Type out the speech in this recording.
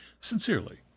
Sincerely